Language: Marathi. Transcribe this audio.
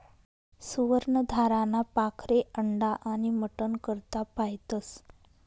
सुवर्ण धाराना पाखरे अंडा आनी मटन करता पायतस